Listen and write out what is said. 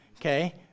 Okay